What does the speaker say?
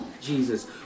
Jesus